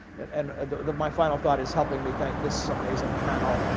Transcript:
and and my final thought is helping me thank this amazing panel.